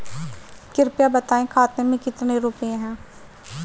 कृपया बताएं खाते में कितने रुपए हैं?